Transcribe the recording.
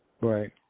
Right